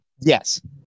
Yes